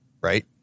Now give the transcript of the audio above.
right